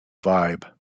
vibe